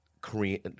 Korean